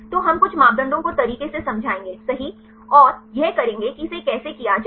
तो हम कुछ मापदंडों को तरीके से समझाएंगे सही और यह करेंगे कि इसे कैसे किया जाए